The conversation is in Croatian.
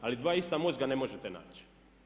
Ali dva ista mozga ne možete naći.